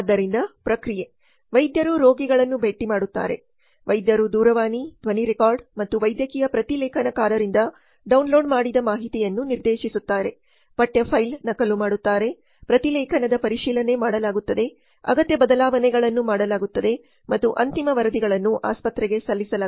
ಆದ್ದರಿಂದ ಪ್ರಕ್ರಿಯೆ ವೈದ್ಯರು ರೋಗಿಗಳನ್ನು ಭೇಟಿ ಮಾಡುತ್ತಾರೆ ವೈದ್ಯರು ದೂರವಾಣಿ ಧ್ವನಿ ರೆಕಾರ್ಡ್ ಮತ್ತು ವೈದ್ಯಕೀಯ ಪ್ರತಿಲೇಖನಕಾರರಿಂದ ಡೌನ್ಲೋಡ್ ಮಾಡಿದ ಮಾಹಿತಿಯನ್ನು ನಿರ್ದೇಶಿಸುತ್ತಾರೆ ಪಠ್ಯ ಫೈಲ್ ನಕಲು ಮಾಡುತ್ತಾರೆ ಪ್ರತಿಲೇಖನದ ಪರಿಶೀಲನೆ ಮಾಡಲಾಗುತ್ತದೆ ಅಗತ್ಯ ಬದಲಾವಣೆಗಳನ್ನು ಮಾಡಲಾಗುತ್ತದೆ ಮತ್ತು ಅಂತಿಮ ವರದಿಗಳನ್ನು ಆಸ್ಪತ್ರೆಗೆ ಸಲ್ಲಿಸಲಾಗುತ್ತದೆ